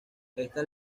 estas